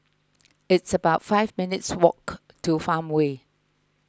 it's about five minutes' walk to Farmway